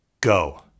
go